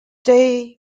day